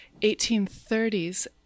1830s